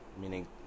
meaning